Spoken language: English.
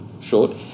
short